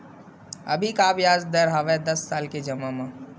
अभी का ब्याज दर हवे दस साल ले जमा मा?